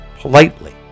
politely